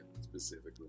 specifically